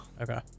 Okay